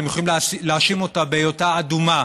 אתם יכולים להאשים אותה בהיותה אדומה,